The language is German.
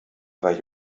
war